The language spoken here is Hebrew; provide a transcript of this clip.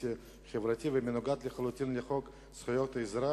אנטי-חברתי ומנוגד לחלוטין לחוק זכויות האזרח,